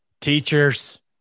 teachers